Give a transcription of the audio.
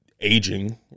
aging